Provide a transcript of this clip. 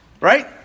Right